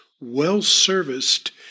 well-serviced